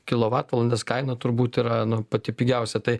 kilovatvalandės kaina turbūt yra pati pigiausia tai